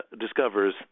discovers